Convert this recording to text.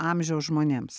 amžiaus žmonėms